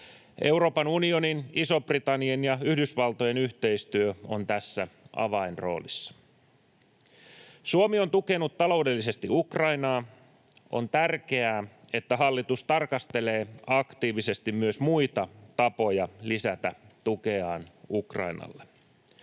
Euroopan unionin, Ison-Britannian ja Yhdysvaltojen yhteistyö on tässä avainroolissa. Suomi on tukenut taloudellisesti Ukrainaa. On tärkeää, että hallitus tarkastelee aktiivisesti myös muita tapoja lisätä tukeaan Ukrainalle.